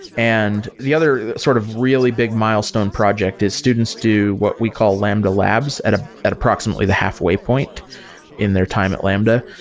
and the other sort of really big milestone project is students do what we call lambda labs at ah at approximately the halfway point in their time at lambda,